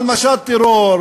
על משט טרור,